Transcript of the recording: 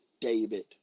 David